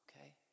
okay